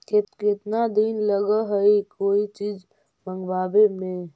केतना दिन लगहइ कोई चीज मँगवावे में?